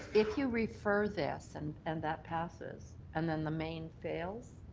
if you refer this and and that passes and then the main fails